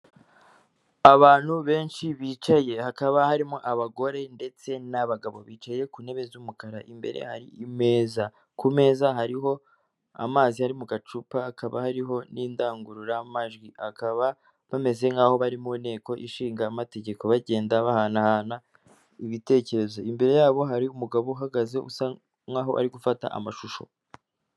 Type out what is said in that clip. Abantu benshi bicaye, hakaba harimo abagore ndetse n'abagabo, bicaye ku ntebe z'umukara, imbere hari ameza, ku meza hariho amazi ari mu gacupa, hakaba hariho n'indangururamajwi, bakaba bameze nk'aho bari mu nteko ishinga amategeko, bagenda bahanahana ibitekerezo, imbere yabo hari umugabo uhagaze usa nkaho ari gufata amashusho.